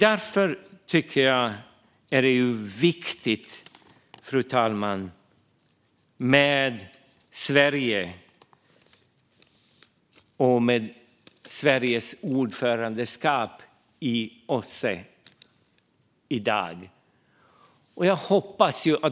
Därför tycker jag att det är viktigt, fru talman, med Sverige och med Sveriges ordförandeskap i OSSE i dag.